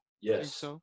Yes